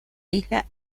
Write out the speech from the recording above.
isla